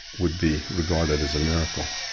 would be regarded as a miracle.